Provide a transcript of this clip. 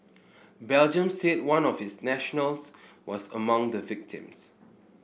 Belgium said one of its nationals was among the victims